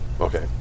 Okay